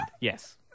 Yes